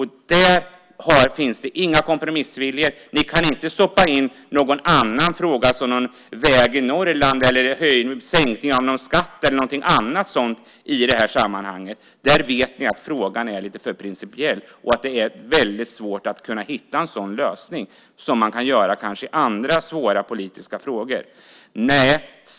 Det finns ingen kompromissvilja. Ni kan inte stoppa in någon annan fråga, som en väg i Norrland, sänkning av en skatt eller något annat sådant i det här sammanhanget. Ni vet att frågan är lite för principiell och att det är väldigt svårt att hitta en sådan lösning som man kanske kan göra i andra svåra politiska frågor.